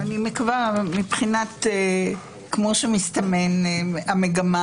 מבחינת כמו שמסתמנת המגמה,